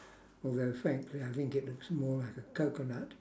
although frankly I think it looks more like a coconut